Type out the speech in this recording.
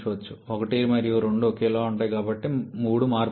కాబట్టి 1 మరియు 2 ఒకేలా ఉంటాయి కానీ 3 మార్పు ఉంది